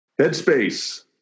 Headspace